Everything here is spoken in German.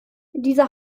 dieser